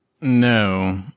No